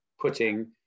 putting